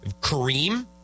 Kareem